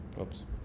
Oops